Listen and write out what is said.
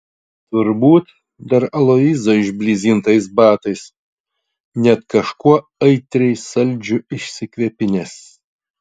turbūt dar aloyzo išblizgintais batais net kažkuo aitriai saldžiu išsikvepinęs